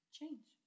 change